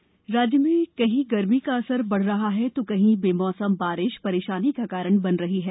मौसम राज्य में कहीं गर्मी का असर बढ़ रहा है तो कहीं बेमौसम बारिश परेशानी का कारण बन रही है